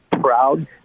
proud